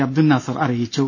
അബ്ദുൽ നാസർ അറിയിച്ചു